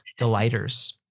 delighters